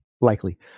Likely